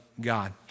God